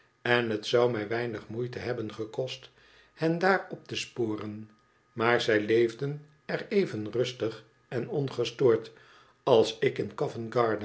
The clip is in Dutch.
en het zou mij weinig moeite hebben gekost hen daar op te sporen maar zij leefden er even rustig en ongestoord als ik in